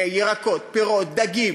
ירקות, בפירות, דגים.